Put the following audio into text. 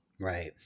Right